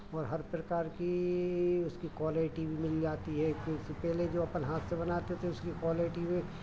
और हर प्रकार की उसकी क्वालिटी भी मिल जाती है पहले जो अपन हाथ से बनाते थे उसकी क्वालिटी में